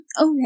okay